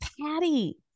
Patty